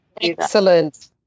Excellent